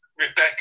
Rebecca